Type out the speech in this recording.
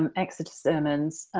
um exeter sermons,